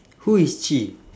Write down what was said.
who is chee